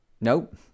nope